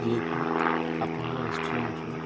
ଯିଏକି ଆପଣଙ୍କ ରେଷ୍ଟୁରାଣ୍ଟରୁ